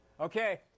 Okay